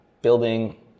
building